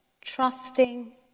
trusting